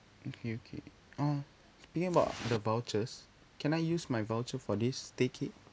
okay okay oh speaking about the vouchers can I use my voucher for this staycay